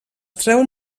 treuen